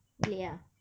ya